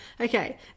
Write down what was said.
okay